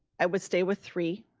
i would stay with three.